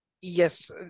Yes